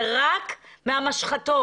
זה רק מהמשחטות,